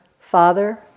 father